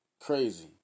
crazy